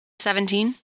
Seventeen